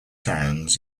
towns